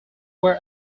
were